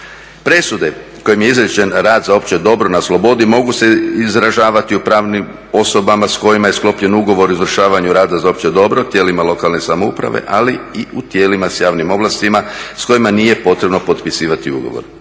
Presude kojim je izrečen rad za opće dobro na slobodi mogu se izražavati u pravnim osobama s kojima je sklopljen ugovor o izvršavanju rada za opće dobro tijelima lokalne samouprave ali i u tijelima s javnim ovlastima s kojima nije potrebno potpisivati ugovor.